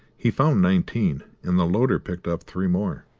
he found nineteen, and the loader picked up three more.